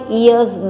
years